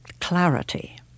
clarity